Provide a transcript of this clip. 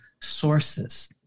sources